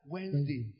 Wednesday